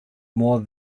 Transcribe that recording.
more